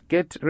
Get